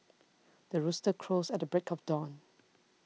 the rooster crows at the break of dawn